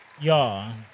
Y'all